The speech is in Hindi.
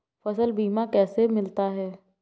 फसल बीमा कैसे मिलता है?